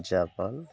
Japan